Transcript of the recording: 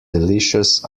delicious